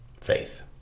faith